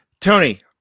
Tony